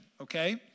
okay